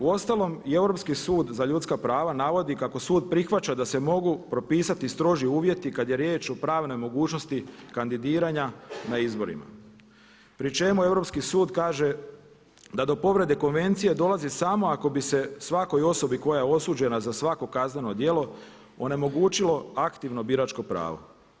Uostalom i Europski sud za ljudska prava navodi kako sud prihvaća da se mogu propisati stroži uvjeti kada je riječ o pravnoj mogućnosti kandidiranja na izborima pri čemu Europski sud kaže da do povrede konvencije dolazi samo ako bi se svakoj osobi koja je osuđena za svako kazneno djelo onemogućilo aktivno biračko pravo.